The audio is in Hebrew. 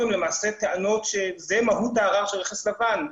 הם למעשה טענות שזאת מהות הערר של רכס לבן.